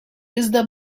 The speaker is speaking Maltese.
iżda